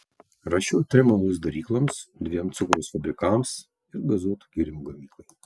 rašiau trim alaus darykloms dviem cukraus fabrikams ir gazuotų gėrimų gamyklai